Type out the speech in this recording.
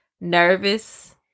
nervous